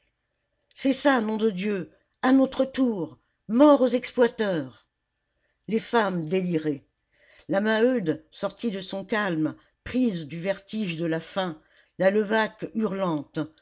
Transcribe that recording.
c'est ça nom de dieu à notre tour mort aux exploiteurs les femmes déliraient la maheude sortie de son calme prise du vertige de la faim la